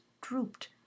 drooped